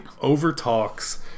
over-talks